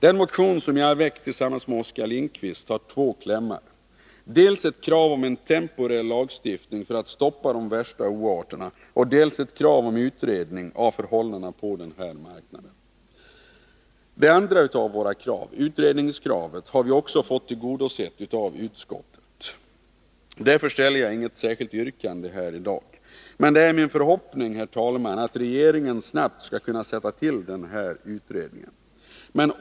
Den motion som jag väckt tillsammans med Oskar Lindkvist har två klämmar: dels ett krav på en temporär lagstiftning för att stoppa de värsta oarterna, dels ett krav om utredning av förhållandena på denna marknad. Det andra av våra krav, utredningskravet, har vi fått tillgodosett av utskottet. Därför ställer jag inget särskilt yrkande här i dag. Men det är min förhoppning att regeringen snabbt skall kunna sätta till utredningen.